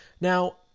now